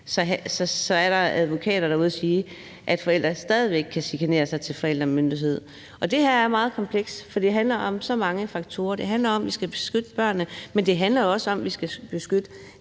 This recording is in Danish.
med de bedste intentioner, kan forældre stadig væk chikanere sig til forældremyndigheden. Det her er meget komplekst, for det handler om så mange faktorer. Det handler om, at vi skal beskytte børnene, men det handler jo også om, at vi skal beskytte